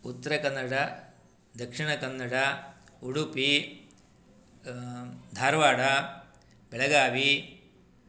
Uttara Kannada Dakshina Kannada Udupi Dharwad Belagavi